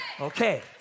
Okay